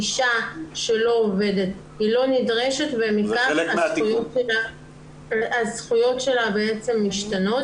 אישה שלא עובדת לא נדרשת ומכאן הזכויות שלה בעצם משתנות.